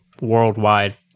worldwide